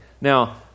Now